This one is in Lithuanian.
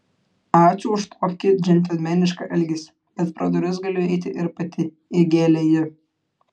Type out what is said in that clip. ačiū už tokį džentelmenišką elgesį bet pro duris galiu įeiti ir pati įgėlė ji